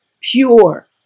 pure